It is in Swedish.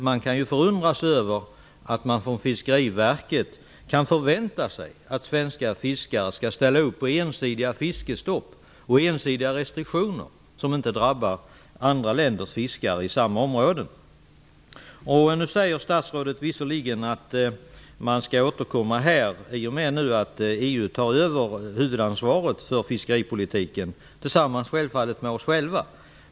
Man kan förundra sig över att Fiskeriverket kan förvänta sig att svenska fiskare skall ställa upp på ensidiga fiskestopp och restriktioner som inte drabbar andra länders fiskare i samma område. Nu säger statsrådet visserligen att man skall återkomma i frågan i och med att EU tar över huvudansvaret för fiskeripolitiken - självfallet tillsammans med oss själva.